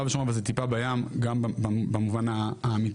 ושומרון אז זה טיפה בים גם במובן האמיתי.